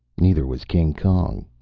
neither was king kong,